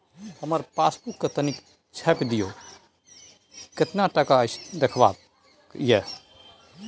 हमर पासबुक के तनिक छाय्प दियो, केतना टका अछि देखबाक ये?